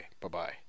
Bye-bye